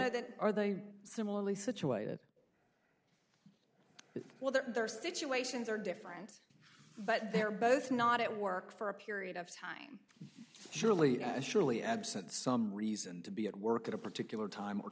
know that are they similarly situated well there there are situations are different but they're both not at work for a period of time surely surely absent some reason to be at work at a particular time or